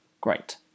Great